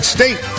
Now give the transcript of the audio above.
State